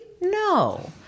No